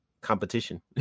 competition